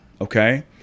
okay